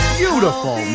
beautiful